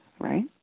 right